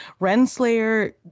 Renslayer